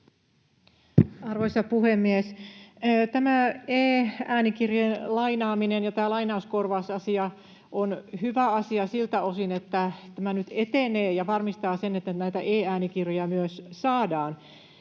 Arvoisa puhemies! Tämä e-äänikirjojen lainaaminen ja tämä lainauskorvausasia on hyvä asia siltä osin, että tämä nyt etenee ja varmistaa sen, että näitä e-äänikirjoja myös saadaan.